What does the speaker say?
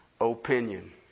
opinion